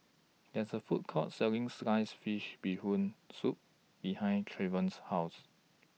There IS A Food Court Selling Sliced Fish Bee Hoon Soup behind Trevon's House